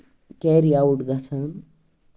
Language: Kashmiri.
کیری اَوُٹ گژھان